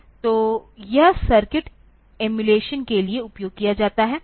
तो यह circuit emulation के लिए उपयोग किया जाता है